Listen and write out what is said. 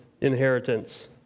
inheritance